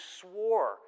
swore